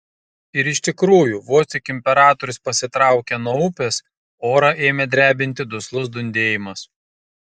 ir iš tikrųjų vos tik imperatorius pasitraukė nuo upės orą ėmė drebinti duslus dundėjimas